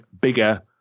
bigger